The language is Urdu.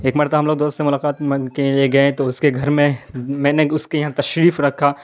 ایک مرتبہ ہم لوگ دوست سے ملاقات کے لیے گئے تو اس کے گھر میں میں نے اس کے یہاں تشریف رکھا